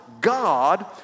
God